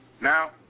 Now